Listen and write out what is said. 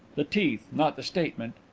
the teeth not the statement.